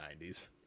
90s